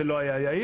זה לא היה יעיל.